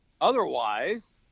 Otherwise